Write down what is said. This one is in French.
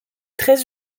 très